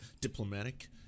diplomatic